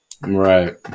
Right